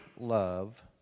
love